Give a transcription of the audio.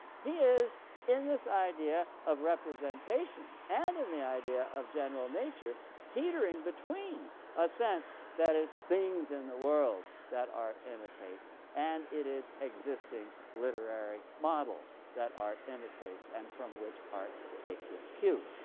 he is in this idea of representations and in the idea of general nature teetering between a sense that it's things in the world that art imitates and it is existing literary models that art imitates and from which art takes its cue.